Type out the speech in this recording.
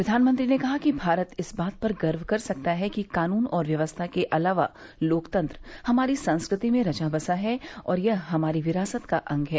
प्रधानमंत्री ने कहा कि भारत इस बात पर गर्व कर सकता है कि कानून और व्यवस्था के अलावा लोकतंत्र हमारी संस्कृति में रचा बसा है और यह हमारी विरासत का अंग है